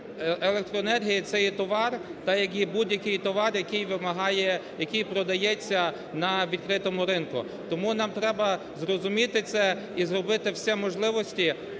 Електроенергія, це є товар, як будь-який товар, який вимагає, який продається на відкритому ринку. Тому нам треба зрозуміти це і зробити всі можливості